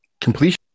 Completion